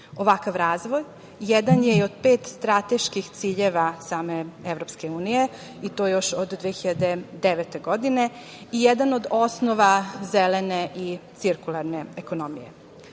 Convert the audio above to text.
Ovakav razvoj jedan je i od pet strateških ciljeva same EU i to još od 2009. godine i jedan od osnova zelene i cirkularne ekonomije. Postizanje